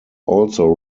also